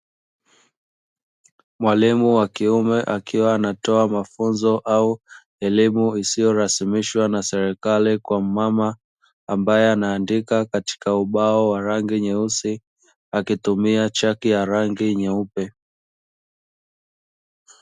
Mwalimu wa kiume akiwa anatoa mafunzo au elimu isiyorasimishwa na serikali kwa mmama, ambaye anaandika katika ubao wa rangi nyeusi akitumia chaki ya rangi nyeupe.